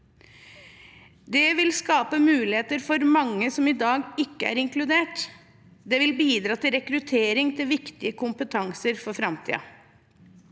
Det vil skape muligheter for mange som i dag ikke er inkludert, og det vil bidra til rekruttering til viktige kompetanser for framtiden.